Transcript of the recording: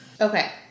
okay